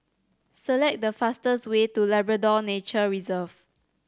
select the fastest way to Labrador Nature Reserve